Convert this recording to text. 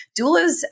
doulas